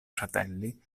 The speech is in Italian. fratelli